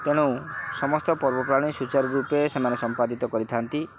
ତେଣୁ ସମସ୍ତ ପର୍ବପର୍ବାଣୀ ସୁଚାରୁ ରୂପେ ସେମାନେ ସମ୍ପାଦିତ କରିଥାନ୍ତି